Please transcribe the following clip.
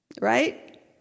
Right